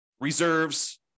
reserves